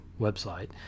website